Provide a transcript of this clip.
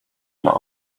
not